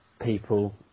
people